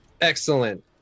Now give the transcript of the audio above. Excellent